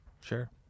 Sure